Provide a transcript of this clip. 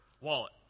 wallet